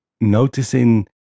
noticing